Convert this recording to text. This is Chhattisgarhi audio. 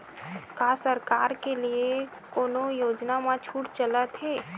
का सरकार के ले कोनो योजना म छुट चलत हे?